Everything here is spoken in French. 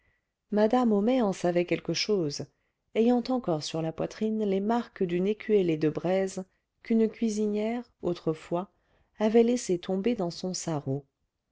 madame homais en savait quelque chose ayant encore sur la poitrine les marques d'une écuellée de braise qu'une cuisinière autrefois avait laissée tomber dans son sarrau